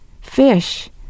fish